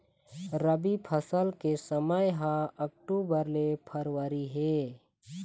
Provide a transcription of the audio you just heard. रबी फसल के समय ह अक्टूबर ले फरवरी हे